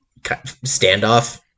standoff